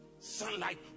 sunlight